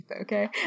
okay